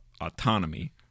autonomy